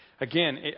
again